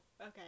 okay